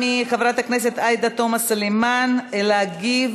מחברת הכנסת עאידה תומא סלימאן להגיב